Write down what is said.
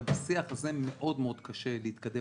ובשיח הזה מאוד-מאוד קשה להתקדם,